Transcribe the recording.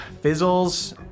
fizzles